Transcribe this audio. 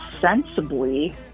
sensibly